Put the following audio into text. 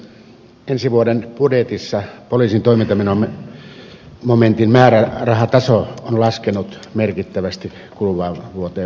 ensi vuoden budjetissa poliisin toimintamenomomentin määrärahataso on laskenut merkittävästi kuluvaan vuoteen verrattuna